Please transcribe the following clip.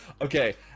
Okay